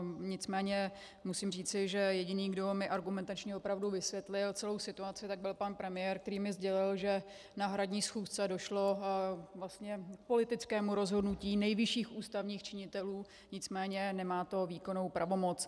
Nicméně musím říci, že jediným, kdo mi argumentačně opravdu vysvětlil celou situaci, byl pan premiér, který mi sdělil, že na hradní schůzce došlo k politickému rozhodnutí nejvyšších ústavních činitelů, nicméně nemá to výkonnou pravomoc.